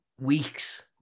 weeks